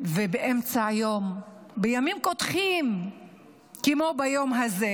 ובאמצע היום, בימים רותחים כמו ביום הזה,